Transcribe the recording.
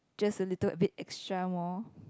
just a little bit extra more